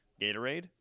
Gatorade